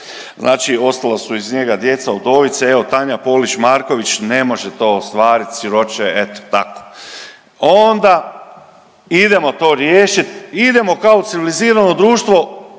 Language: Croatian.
Znači ostala su iza njega djeca, udovice evo Tanja Polić Marković ne može to ostvarit siroče eto tako. Onda idemo to riješit, idemo kao civilizirano društvo